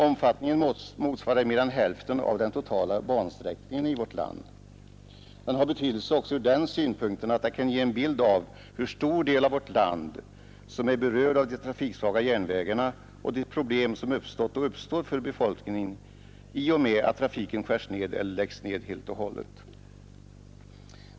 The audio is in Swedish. Omfattningen motsvarar mer än hälften av den totala bansträckningen i vårt land. Den har betydelse också ur den synpunkten att den kan ge en bild av hur stor del av vårt land som är berörd av de trafiksvaga järnvägarna och de problem som uppstått och uppstår för befolkningen i och med att trafiken skärs ned eller läggs ned helt och hållet.